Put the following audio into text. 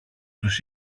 τους